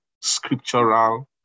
scriptural